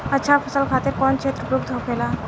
अच्छा फसल खातिर कौन क्षेत्र उपयुक्त होखेला?